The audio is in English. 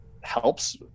helps